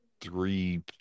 three